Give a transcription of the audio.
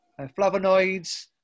flavonoids